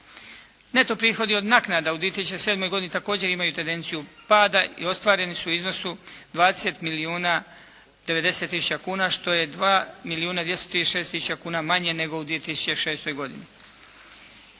Neto prihodi od naknada u 2007. godini također imaju tendenciju pada i ostvareni su u iznosu 20 milijuna 90 tisuća kuna što je 2 milijuna 236 tisuća kuna manje nego u 2006. godini.